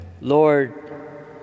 Lord